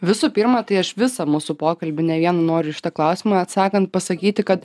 visų pirma tai aš visą mūsų pokalbį ne vien noriu šitą klausimą atsakant pasakyti kad